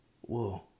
Whoa